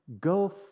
go